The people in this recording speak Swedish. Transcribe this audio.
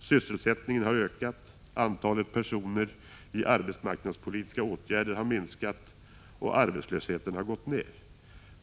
Sysselsättningen har ökat, antalet personer i arbetsmarknadspolitiska åtgärder har minskat och arbetslösheten har gått ned.